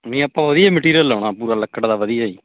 ਨਹੀਂ ਆਪਾਂ ਵਧੀਆ ਮਟੀਰੀਅਲ ਲਗਾਉਣਾ ਪੂਰਾ ਲੱਕੜ ਦਾ ਵਧੀਆ ਜੀ